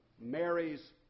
Mary's